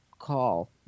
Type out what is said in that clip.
call